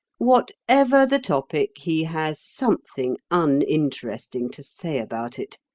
whatever the topic, he has something uninteresting to say about it.